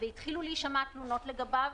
והתחילו להישמע תלונות לגביו,